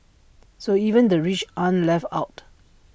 so even the rich aren't left out